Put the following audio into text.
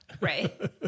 Right